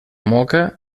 moca